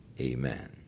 Amen